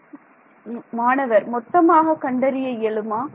Refer Time 2309 மாணவர் மொத்தமாக கண்டறிய இயலுமா